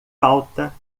falta